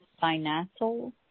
Financial